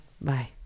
bye